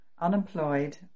unemployed